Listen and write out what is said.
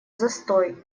застой